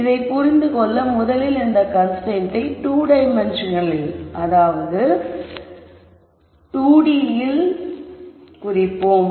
இதைப் புரிந்து கொள்ள முதலில் இந்தத் கன்ஸ்ரைன்ட்டை 2 டைமென்ஷன்களில் குறிப்போம்